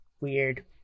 Weird